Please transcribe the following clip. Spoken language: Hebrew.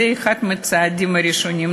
זה אחד מהצעדים הראשונים.